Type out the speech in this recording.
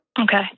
Okay